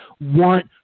want